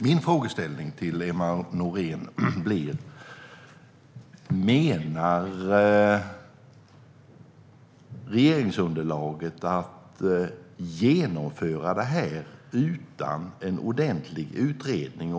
Min frågeställning till Emma Nohrén blir: Avser regeringsunderlaget att genomföra det här utan en ordentlig utredning?